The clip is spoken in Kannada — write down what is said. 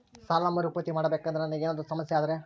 ಸಾಲ ಮರುಪಾವತಿ ಮಾಡಬೇಕಂದ್ರ ನನಗೆ ಏನಾದರೂ ಸಮಸ್ಯೆ ಆದರೆ?